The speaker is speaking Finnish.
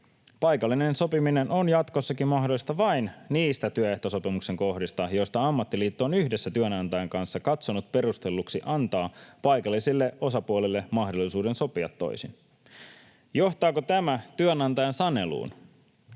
Paikallinen sopiminen on jatkossakin mahdollista vain niistä työehtosopimuksen kohdista, joista ammattiliitto on yhdessä työnantajan kanssa katsonut perustelluksi antaa paikallisille osapuolille mahdollisuuden sopia toisin. Johtaako tämä työnantajan saneluun?